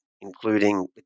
including